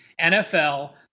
NFL